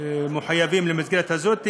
מחויבים למסגרת כזו.